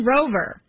Rover